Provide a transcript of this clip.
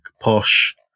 posh